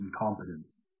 incompetence